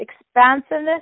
expansiveness